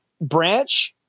branch